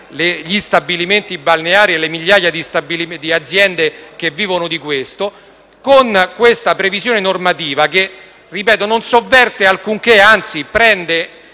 Grazie,